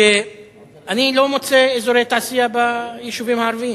הוא שאני לא מוצא אזורי תעשייה ביישובים הערביים.